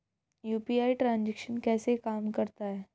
UPI transaction कैसे काम करता है?